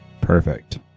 Perfect